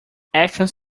actions